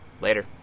Later